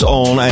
on